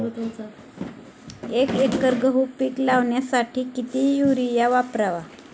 एक एकर गहू पीक लावण्यासाठी किती युरिया वापरावा?